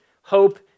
hope